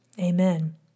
Amen